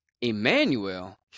Emmanuel